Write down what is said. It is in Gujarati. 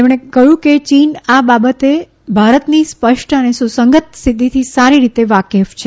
વધુમાં કહ્યું કે ચીન આ બાબતે ભારતની સ્પષ્ટ અને સુસંગત સ્થિતિથી સારી રીતે વાકેફ છે